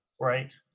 Right